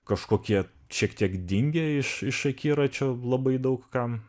kažkokie šiek tiek dingę iš iš akiračio labai daug kam